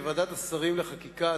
בוועדת השרים לחקיקה,